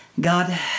God